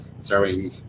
throwing